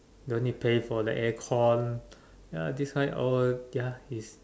don't need pay for the aircon ya that's why all ya is